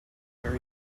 were